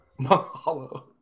Mahalo